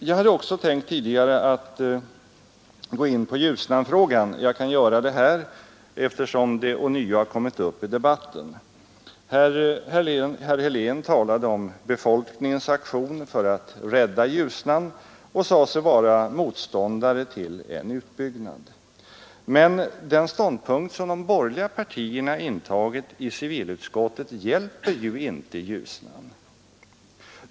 Jag hade också tidigare tänkt att gå in på Ljusnanfrågan, och jag kan göra det nu, eftersom den saken ånyo har kommit upp i debatten. Herr Helén talade om befolkningens aktion för att rädda Ljusnan och sade sig vara motståndare till en utbyggnad. Men den ståndpunkt som de borgerliga partierna har intagit i civilutskottet hjälper ju inte Ljusnan.